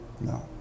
no